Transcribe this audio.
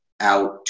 out